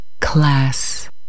Class